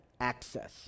access